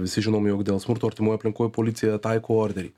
visi žinom jog dėl smurto artimoj aplinkoj policija taiko orderį